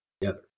together